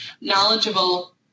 knowledgeable